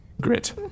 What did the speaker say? Grit